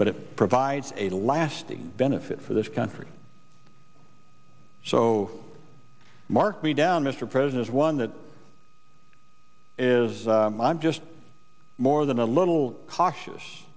but it provides a lasting benefit for this country so mark me down mr president one that is i'm just more than a little cautious